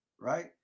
right